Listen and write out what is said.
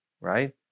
right